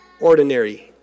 ordinary